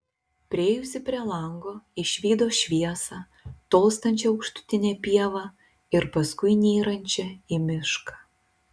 priėjusi prie lango išvydo šviesą tolstančią aukštutine pieva ir paskui nyrančią į mišką